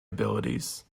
abilities